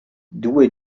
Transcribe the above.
due